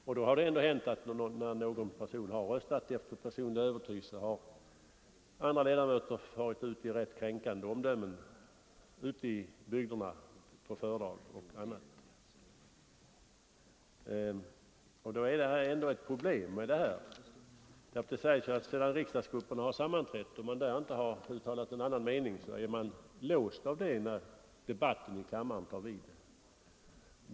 Och då har det ändå hänt att när någon person röstat efter den personliga övertygelsen har andra ledamöter farit ut i rätt kränkande omdömen vid föredrag och annat ute i bygderna. Det är ett problem här, eftersom det sägs att sedan riksdagsgruppen sammanträtt och man där inte har uttalat någon annan mening är man låst av det när debatten i kammaren tar vid.